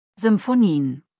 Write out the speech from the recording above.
Symphonien